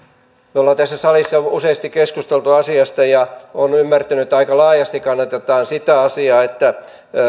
olemme tässä salissa useasti keskustelleet asiasta ja olen ymmärtänyt että aika laajasti kannatetaan sitä asiaa että